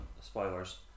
Spoilers